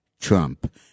Trump